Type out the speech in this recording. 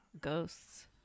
ghosts